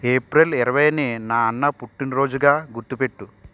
April ఇరవైని నా అన్న పుట్టినరోజుగా గుర్తు పెట్టు